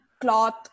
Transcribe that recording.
cloth